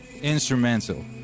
instrumental